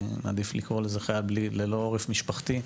עדיף לקרוא לזה חייל ללא עורף משפחתי.